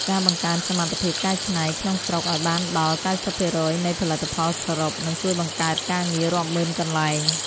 ការបង្កើនសមត្ថភាពកែច្នៃក្នុងស្រុកឱ្យបានដល់ ៩០% នៃផលផលិតសរុប នឹងជួយបង្កើតការងាររាប់ម៉ឺនកន្លែង។